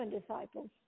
disciples